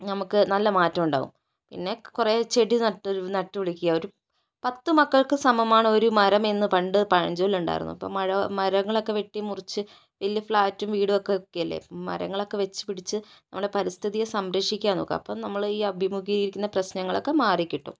നമുക്ക് നല്ല മാറ്റം ഉണ്ടാവും പിന്നെ കുറേ ചെടി നാട്ടൊരു നട്ട് പിടിപ്പിക്കുക ഒരു പത്ത് മക്കൾക്ക് സമമാണ് ഒരു മരം എന്ന് പണ്ട് പഴഞ്ചൊല്ല് ഉണ്ടായിരുന്നു അപ്പോൾ മരങ്ങളൊക്കെ വെട്ടി മുറിച്ച് വല്യ ഫ്ലാറ്റും വീടുമൊക്കെ വയ്ക്കുകയല്ലെ മരങ്ങളൊക്കെ വച്ച് പിടിച്ച് നമ്മുടെ പരിസ്ഥിതിയെ സംരക്ഷിക്കാൻ നോക്കാം അപ്പോൾ നമ്മള് ഈ അഭിമുഖീകരിക്കുന്ന പ്രശ്നങ്ങളൊക്കെ മാറി കിട്ടും